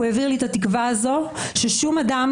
הוא העביר לי את התקווה הזאת ששום אדם,